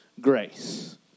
grace